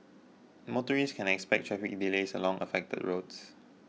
motorist can expect traffic delays along affected roads